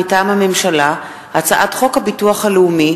מטעם הממשלה: הצעת חוק הביטוח הלאומי